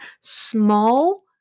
small